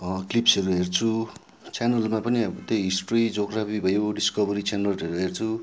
क्लिप्सहरू हेर्छु च्यानलहरूमा पनि त्यही हिस्ट्री जियोग्राफी भयो डिस्कभरी च्यानलहरू हेर्छु